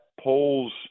polls